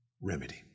remedy